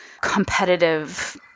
competitive